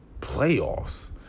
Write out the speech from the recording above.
playoffs